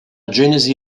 genesi